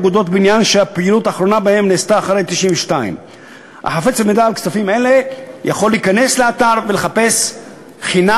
ובאגודות בניין שהפעילות האחרונה בהן נעשתה אחרי 1992. החפץ במידע על כספים אלה יכול להיכנס לאתר ולחפש חינם,